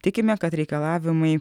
tikime kad reikalavimai